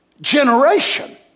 generation